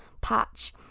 patch